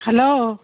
hello